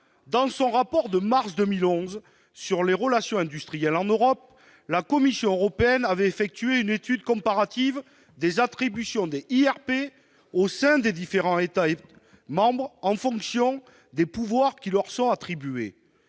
Dans son rapport de mars 2011 sur les relations industrielles en Europe, la Commission européenne avait effectué une étude comparative des attributions des instances représentatives du personnel au sein des différents États membres, en fonction des pouvoirs qui leur sont attribués.